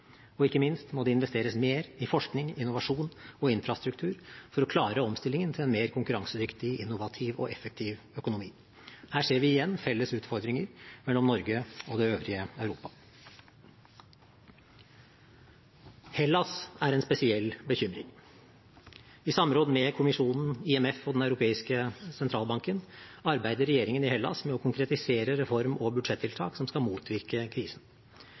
Og ikke minst må det investeres mer i forskning, innovasjon og infrastruktur for å klare omstillingen til en mer konkurransedyktig, innovativ og effektiv økonomi. Her ser vi igjen felles utfordringer for Norge og det øvrige Europa. Hellas er en spesiell bekymring. I samråd med kommisjonen, IMF og Den europeiske sentralbanken arbeider regjeringen i Hellas med å konkretisere reform- og budsjettiltak som skal motvirke krisen.